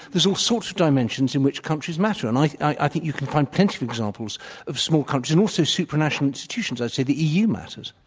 there's all sorts of dimensions in which countries matter. and i think you can find plenty of examples of small countries and also supranational institutions. i'd say the eu mattered.